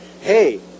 Hey